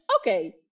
Okay